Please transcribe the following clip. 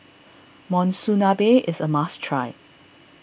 Monsunabe is a must try